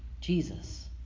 jesus